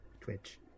Twitch